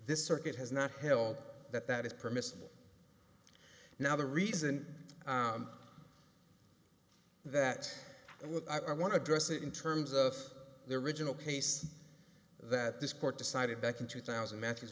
this circuit has not held that that is permissible now the reason that i want to address it in terms of the original case that this court decided back in two thousand matches